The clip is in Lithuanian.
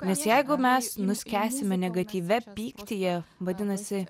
nes jeigu mes nuskęsime negatyvia pyktyje vadinasi